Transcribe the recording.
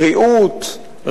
בריאות,